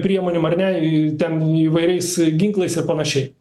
priemonėm ar ne ten įvairiais ginklais ir panašiai